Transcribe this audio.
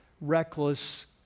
reckless